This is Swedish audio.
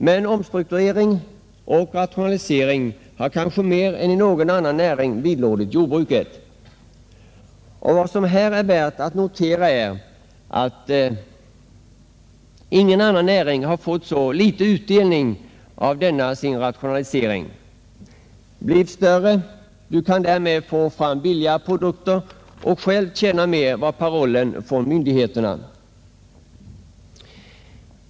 Men omstrukturering och rationalisering har kanske mer än i någon annan näring förekommit i jordbruket. Och vad som här är värt att notera är att ingen annan näring har fått så liten utdelning av denna sin rationalisering. ”Bli större, du kan därmed få fram billigare produkter och själv tjäna mer! ” var myndigheternas paroll.